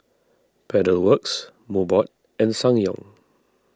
Pedal Works Mobot and Ssangyong